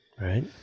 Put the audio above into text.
right